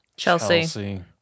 Chelsea